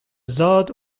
zad